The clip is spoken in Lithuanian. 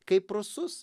kaip rusus